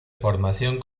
formación